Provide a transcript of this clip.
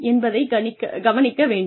என்பதைக்கவனிக்க வேண்டும்